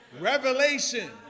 Revelation